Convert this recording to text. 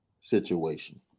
situation